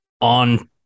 on